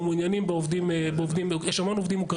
יש המון עובדים אוקראינים שעובדים בהייטק.